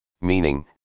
meaning